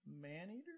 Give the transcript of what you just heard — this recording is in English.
Maneater